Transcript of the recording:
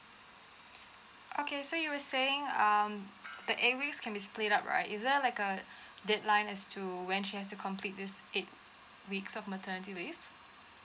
okay so you were saying um the eight weeks can be split up right is there like a deadline as to when she has to complete this eight weeks of maternity leave